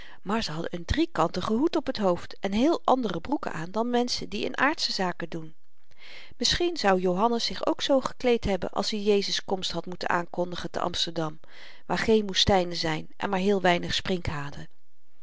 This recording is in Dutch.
maar ze hadden n driekantigen hoed op t hoofd en heel andere broeken aan dan menschen die in aardsche zaken doen misschien zou johannes zich ook zoo gekleed hebben als i jezus komst had moeten aankondigen te amsterdam waar geen woestynen zyn en maar heel weinig